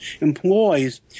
employs